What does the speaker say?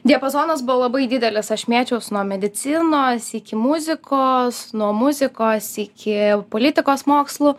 diapazonas buvo labai didelis aš mėčiaus nuo medicinos iki muzikos nuo muzikos iki politikos mokslų